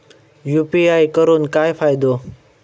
UPI करून काय फायदो?